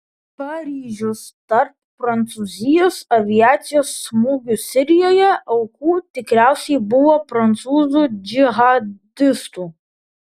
paryžius tarp prancūzijos aviacijos smūgių sirijoje aukų tikriausiai buvo prancūzų džihadistų